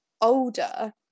older